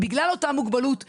בגלל אותה מוגבלות נפשית.